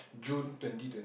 June twenty twenty